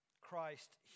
Christ